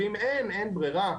ואם אין ברירה,